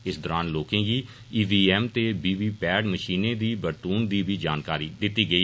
इस दरान लोकें गी ईवीएम ते वीवीपैट मशीनें दी बरतून दी बी जानकारी दित्ती गेई